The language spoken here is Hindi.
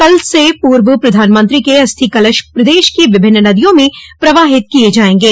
कल से पूर्व प्रधानमंत्री के अस्थि कलश प्रदेश की विभिन्न नदियों में प्रवाहित किये जायेंगे